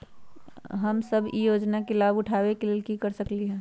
हम सब ई योजना के लाभ उठावे के लेल की कर सकलि ह?